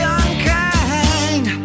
unkind